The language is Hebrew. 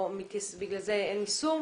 אין יישום.